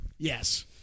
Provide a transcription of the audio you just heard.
Yes